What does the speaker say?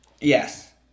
Yes